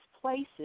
places